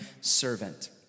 servant